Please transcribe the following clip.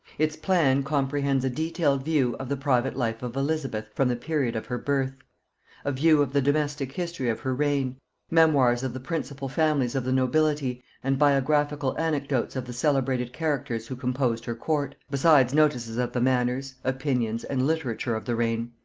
its plan comprehends a detailed view of the private life of elizabeth from the period of her birth a view of the domestic history of her reign memoirs of the principal families of the nobility and biographical anecdotes of the celebrated characters who composed her court besides notices of the manners, opinions and literature of the reign.